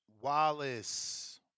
Wallace